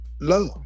Love